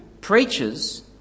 preachers